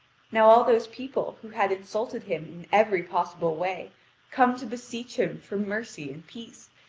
now all those people who had insulted him in every possible way come to beseech him for mercy and peace,